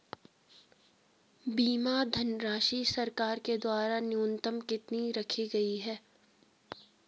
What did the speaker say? बीमा धनराशि सरकार के द्वारा न्यूनतम कितनी रखी गई है?